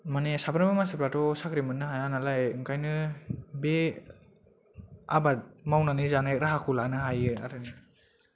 माने साफ्रोमबो सानसिफ्राथ' साख्रि मोननो हाया नालाय ओंखायनो बे आबाद मावनानै जानाय राहाखौ लानो हायो आरो